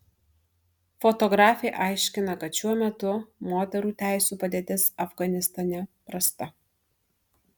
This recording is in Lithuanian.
fotografė aiškina kad šiuo metu moterų teisių padėtis afganistane prasta